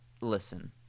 listen